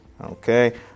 Okay